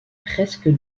presque